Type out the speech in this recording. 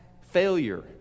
failure